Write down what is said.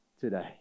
today